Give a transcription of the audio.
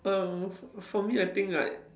err f~ for me I think like